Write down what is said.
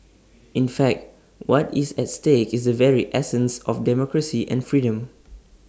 in fact what is at stake is the very essence of democracy and freedom